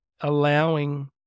allowing